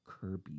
Kirby